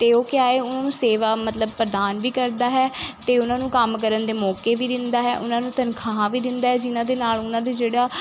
ਅਤੇ ਉਹ ਕਿਆ ਹੈ ਉਹ ਸੇਵਾ ਮਤਲਬ ਪ੍ਰਧਾਨ ਵੀ ਕਰਦਾ ਹੈ ਅਤੇ ਉਹਨਾਂ ਨੂੰ ਕੰਮ ਕਰਨ ਦੇ ਮੌਕੇ ਵੀ ਦਿੰਦਾ ਹੈ ਉਹਨਾਂ ਨੂੰ ਤਨਖਾਹਾਂ ਵੀ ਦਿੰਦਾ ਹੈ ਜਿਹਨਾਂ ਦੇ ਨਾਲ ਉਹਨਾਂ ਦੇ ਜਿਹੜਾ